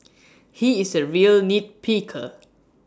he is A real nit picker